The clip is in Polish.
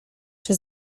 czy